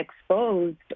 exposed